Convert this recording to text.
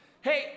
Hey